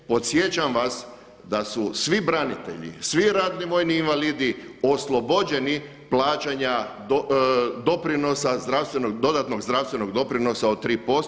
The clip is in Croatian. Podsjećam vas da su svi branitelji, svi ratni vojni invalidi oslobođeni plaćanja doprinosa, dodatnog zdravstvenog doprinosa od 3%